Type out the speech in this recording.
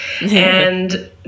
And-